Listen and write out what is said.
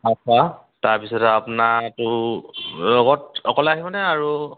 আচ্ছা তাৰপিছতে আপোনাৰটো লগত অকলে আহিব নে আৰু